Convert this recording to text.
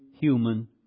human